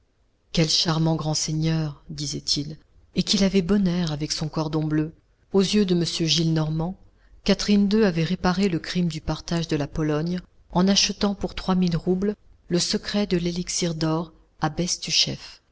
quel charmant grand seigneur disait-il et qu'il avait bon air avec son cordon bleu aux yeux de m gillenormand catherine ii avait réparé le crime du partage de la pologne en achetant pour trois mille roubles le secret de l'élixir d'or à